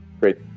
Great